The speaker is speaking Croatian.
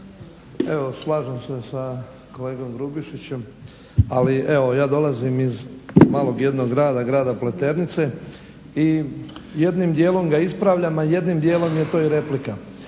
Evo slažem se sa kolegom Grubišićem, ali evo ja dolazim iz malog jednog grada, grada Pleternice i jednim dijelom ga ispravljam, a jednim dijelom je to i replika.